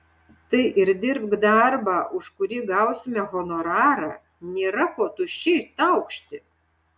tai ir dirbk darbą už kurį gausime honorarą nėra ko tuščiai taukšti